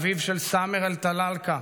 אביו של סאמר אל-טלאלקה,